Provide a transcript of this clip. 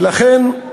ולכן,